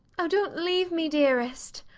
oh, dont leave me, dearest.